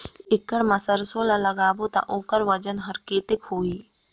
एक एकड़ मा सरसो ला लगाबो ता ओकर वजन हर कते होही?